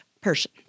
person